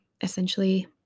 Essentially